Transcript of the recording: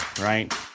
right